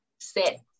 set